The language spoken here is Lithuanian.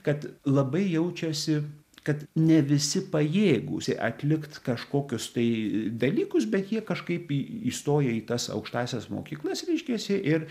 kad labai jaučiasi kad ne visi pajėgūs atlikt kažkokius tai dalykus bet jie kažkaip į įstoja į tas aukštąsias mokyklas reiškiasi ir